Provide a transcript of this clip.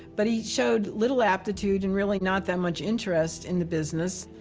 but he showed little aptitude and really not that much interest in the business.